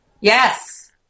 Yes